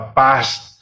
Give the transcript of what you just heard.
past